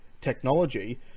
technology